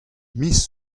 miz